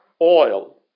Oil